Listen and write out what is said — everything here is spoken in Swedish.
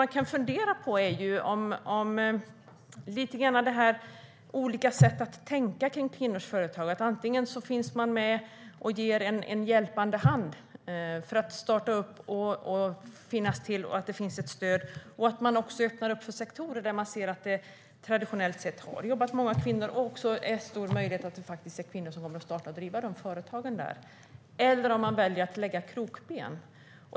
Man kan fundera på olika sätt att tänka kring kvinnors företagande. Antingen kan man finnas där och ge en hjälpande hand för att starta, och man kan öppna inom sektorer där man ser att det traditionellt sett har jobbat många kvinnor och där finns en stor möjlighet att det är kvinnor som kommer att starta och driva företag. Eller också kan man välja att lägga krokben.